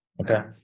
Okay